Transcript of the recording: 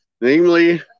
namely